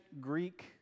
Greek